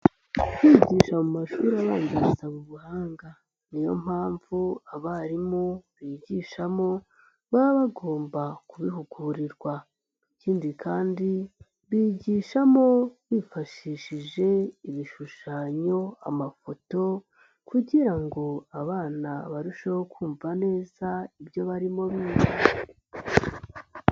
Kwigisha mu mashuri abanza bisaba ubuhanga. Niyo mpamvu abarimu bigishamo baba bagomba kubihugurirwa. Ikindi kandi bigishamo bifashishije ibishushanyo, amafoto kugira ngo abana barusheho kumva neza, ibyo barimo biga.